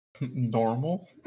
Normal